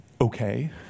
Okay